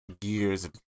years